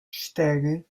cztery